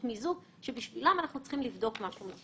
אני רוצה לחזור לעניין מערכת הגומלין בין הבנקים לבין הלווים הגדולים.